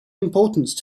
importance